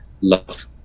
love